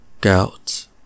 Gout